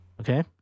Okay